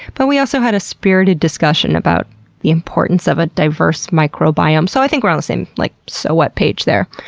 but we also had a spirited discussion about the importance of a diverse microbiome, so i think we were on the same like so what page there.